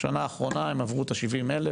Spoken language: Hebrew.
ובשנה האחרונה הם עברו את ה-70,000.